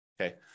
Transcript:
Okay